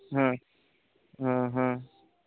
ᱦᱮᱸ